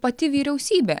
pati vyriausybė